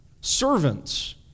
Servants